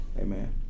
Amen